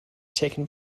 taken